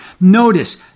Notice